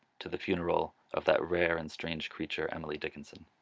to the funeral of that rare and strange creature emily dickinson.